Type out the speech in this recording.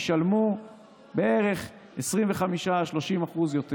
ישלמו בערך 25% 30% יותר.